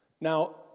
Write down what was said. Now